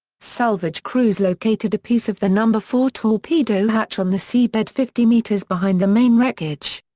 salvage crews located a piece of the number four torpedo hatch on the seabed fifty metres behind the main wreckage.